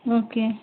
okay